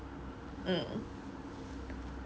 mm